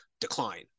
decline